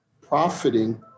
profiting